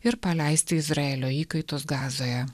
ir paleisti izraelio įkaitus gazoje